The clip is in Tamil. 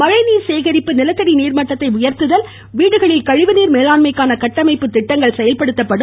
மழைநீர் சேகரிப்பு நிலத்தடி நீர்மட்டத்தை உயர்த்துதல் வீடுகளில் கழிவுநீர மேலாண்மைக்கான கட்டமைப்பு திட்டம் செயல்படுத்தப்படும்